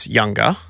younger